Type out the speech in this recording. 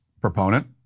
proponent